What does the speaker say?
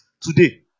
today